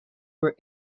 were